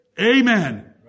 Amen